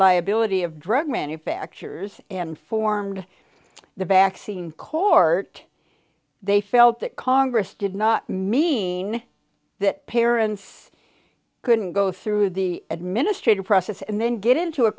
liability of drug manufactures and formed the vaccine court they felt that congress did not mean that parents couldn't go through the administrative process and then get into a